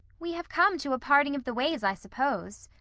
we have come to a parting of the ways, i suppose,